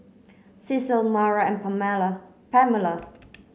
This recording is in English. Cecil Maura and Pamela